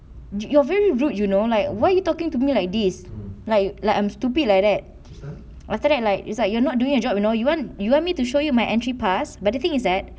you're very rude you know like why are you talking to me like this like like I'm stupid like that after that like it's like you're not doing your job you know you want you want me to show you my entry pass but the thing is that